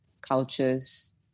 cultures